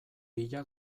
bila